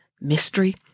mystery